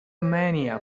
mania